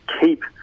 keep